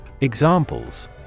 Examples